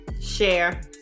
share